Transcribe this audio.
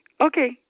Okay